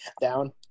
down